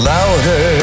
Louder